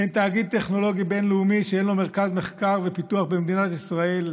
אין תאגיד טכנולוגי בין-לאומי שאין לו מרכז מחקר ופיתוח במדינת ישראל,